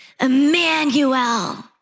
Emmanuel